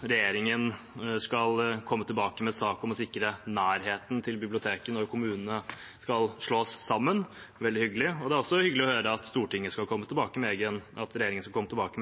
regjeringen skal komme tilbake med sak om å sikre nærhet til bibliotekene når kommunene skal slås sammen – veldig hyggelig – og det er hyggelig å høre at regjeringen skal komme tilbake